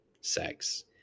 sex